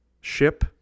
ship